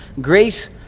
grace